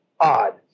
odd